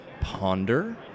ponder